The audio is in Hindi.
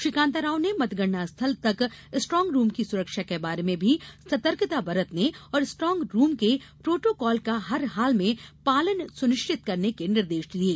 श्री कान्ता राव ने मतगणना स्थल तक स्ट्रॉग रूम की सुरक्षा के बारे में भी सतर्कता बरतने और स्ट्रॉग रूम के प्रोटोकाल का हर हाल में पालन सुनिश्चित करने के निर्देश दिये